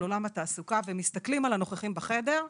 עולם התעסוקה ומסתכלים על הנוכחים בחדר,